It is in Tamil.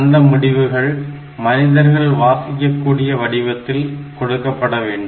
அந்த முடிவுகள் மனிதர்கள் வாசிக்கக்கூடிய வடிவத்தில் கொடுக்கப்பட வேண்டும்